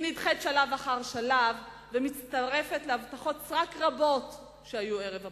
היא נדחית שלב אחר שלב ומצטרפת להבטחות סרק רבות שהיו ערב הבחירות.